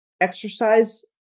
exercise